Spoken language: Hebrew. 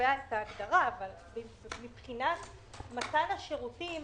קובע את ההגדרה אבל מבחינת מתן השירותים-